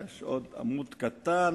יש עוד עמוד קטן.